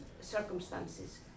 circumstances